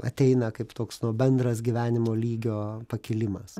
ateina kaip toks bendras gyvenimo lygio pakilimas